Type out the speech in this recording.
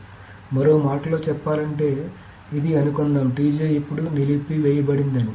కాబట్టి మరో మాటలో చెప్పాలంటే ఇది అనుకుందాం ఇప్పుడు నిలిపివేయబడిందని